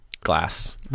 glass